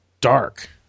dark